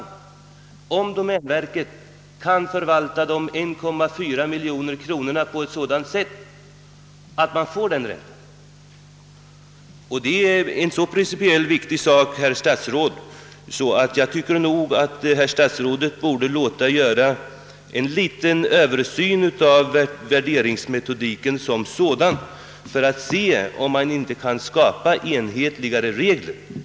Frågan gäller om domänverket kan förvalta de 1,4 miljon kronorna på ett sådant sätt att man får den räntan. Det är en så principiellt viktig sak, herr statsråd, att jag tycker att herr statsrådet borde låta göra en liten översyn av värderingsmetodiken som sådan för att se om man inte kan skapa enhetligare regler.